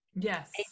Yes